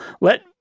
let